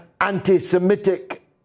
anti-Semitic